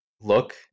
look